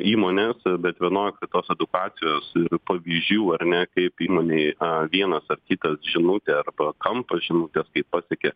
įmonės bet vienok tos edukacijos pavyzdžių ar ne kaip įmonėj a vienas ar kitas žinutė arba kampas žinutės kai pasiekia